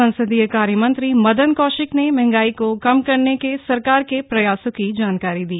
संसदीय कार्य मंत्री मदन कौशिक ने महंगाई को कम करने के सरकार के प्रयासों की जानकारी दी